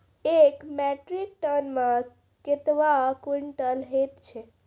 एक metric ton मे कतवा क्वींटल हैत छै?